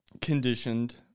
conditioned